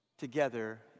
together